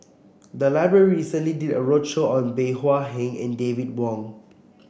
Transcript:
the library recently did a roadshow on Bey Hua Heng and David Wong